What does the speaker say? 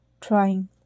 trying